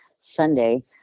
Sunday